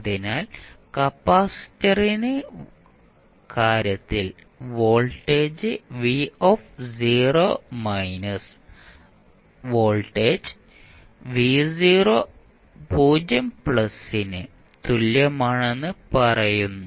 അതിനാൽ കപ്പാസിറ്ററിന്റെ കാര്യത്തിൽ വോൾട്ടേജ് വോൾട്ടേജ് ന് തുല്യമാണെന്ന് പറയുന്നു